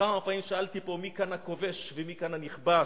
כמה פעמים שאלתי פה מי כאן הכובש ומי כאן הנכבש.